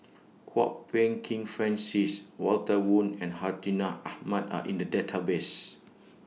Kwok Peng Kin Francis Walter Woon and Hartinah Ahmad Are in The Database